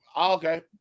okay